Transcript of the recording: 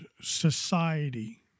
society